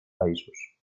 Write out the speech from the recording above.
països